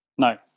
No